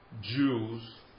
Jews